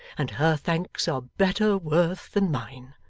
and her thanks are better worth than mine.